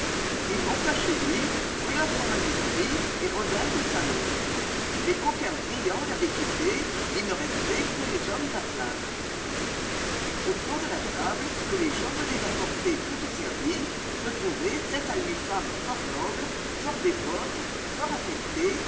il monta chez lui brûla son manuscrit et revint au salon les coquins brillants l'avaient quitté il ne restait que les hommes à plaques autour de la table que les gens venaient d'apporter toute servie se trouvaient sept à huit femmes fort nobles fort dévotes fort affectées